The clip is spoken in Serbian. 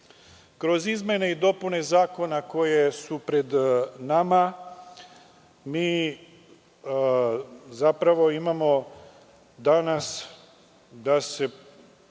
nas. Kroz izmene i dopune zakona koje su pred nama mi zapravo imamo danas da se